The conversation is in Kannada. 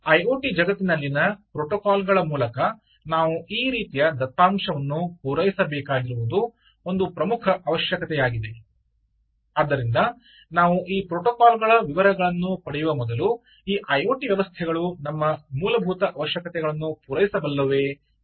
ಆದ್ದರಿಂದ ಐಒಟಿ ಜಗತ್ತಿನಲ್ಲಿನ ಪ್ರೋಟೋಕಾಲ್ಗಳ ಮೂಲಕ ನಾವು ಈ ರೀತಿಯ ದತ್ತಾಂಶವನ್ನು ಪೂರೈಸಬೇಕಾಗಿರುವುದು ಒಂದು ಪ್ರಮುಖ ಅವಶ್ಯಕತೆಯಾಗಿದೆ ಆದ್ದರಿಂದ ನಾವು ಈ ಪ್ರೋಟೋಕಾಲ್ಗಳ ವಿವರಗಳನ್ನು ಪಡೆಯುವ ಮೊದಲು ಈ ಐಒಟಿ ವ್ಯವಸ್ಥೆಗಳು ನಮ್ಮ ಮೂಲಭೂತ ಅವಶ್ಯಕತೆಗಳನ್ನು ಪೂರೈಸಬಲ್ಲವೇ ಎಂದು ನೋಡಬೇಕು